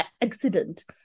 accident